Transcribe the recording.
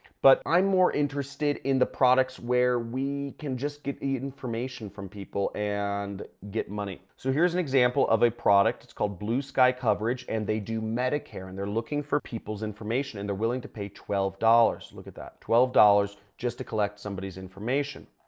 but i'm more interested in the products where we can just give you information from people and get money. so here's an example of a product. it's called blue sky coverage and they do medicare. and they're looking for people's information and they're willing to pay twelve dollars look at that. twelve dollars just to collect somebody's information,